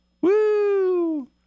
woo